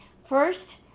first